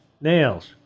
nails